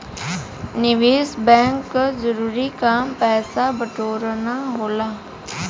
निवेस बैंक क जरूरी काम पैसा बटोरना होला